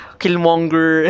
killmonger